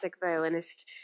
violinist